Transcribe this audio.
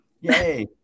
yay